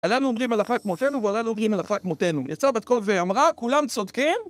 עלינו אומרים הלכה כמותנו ועלינו ג הלכה כמותנו יצר בת קול וימרה, כולם צודקים?